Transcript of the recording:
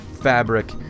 fabric